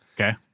Okay